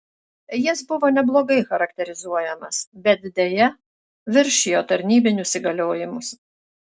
jis buvo neblogai charakterizuojamas bet deja viršijo tarnybinius įgaliojimus